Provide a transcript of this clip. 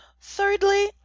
Thirdly